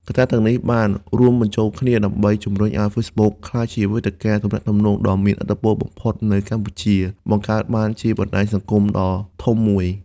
កត្តាទាំងនេះបានរួមបញ្ចូលគ្នាដើម្បីជំរុញឲ្យ Facebook ក្លាយជាវេទិកាទំនាក់ទំនងដ៏មានឥទ្ធិពលបំផុតនៅកម្ពុជា បង្កើតបានជាបណ្តាញសង្គមដ៏ធំមួយ។